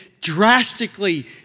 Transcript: drastically